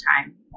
time